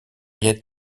het